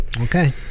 Okay